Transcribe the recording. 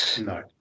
No